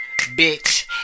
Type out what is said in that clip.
Bitch